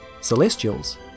celestials